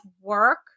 work